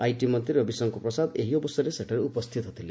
IT ମନ୍ତ୍ରୀ ରବିଶଙ୍କର ପ୍ରସାଦ ଏହି ଅବସରରେ ସେଠାରେ ଉପସ୍ଥିତ ଥିଲେ